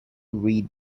read